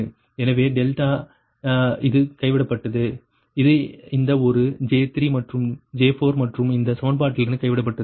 எனவே டெல்டா இது கைவிடப்பட்டது இது இந்த ஒரு J3 மற்றும் J4 மற்றும் இந்த சமன்பாட்டிலிருந்து கைவிடப்பட்டது